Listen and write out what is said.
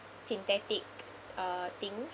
synthetic uh things